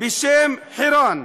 בשם חירן,